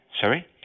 Sorry